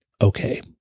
Okay